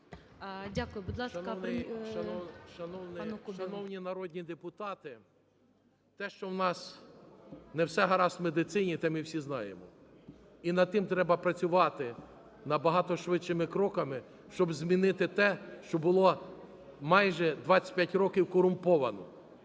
Дякую. Будь ласка,